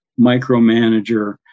micromanager